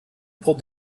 pulled